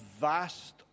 vast